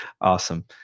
Awesome